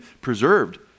preserved